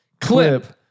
Clip